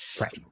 right